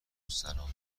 مستراح